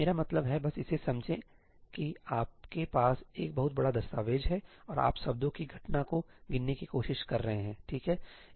मेरा मतलब है बस इसे ऐसे समझें कि आपके पास एक बहुत बड़ा दस्तावेज़ है और आप शब्दों की घटना को गिनने की कोशिश कर रहे हैं ठीक है